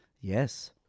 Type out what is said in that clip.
Yes